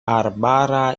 arbara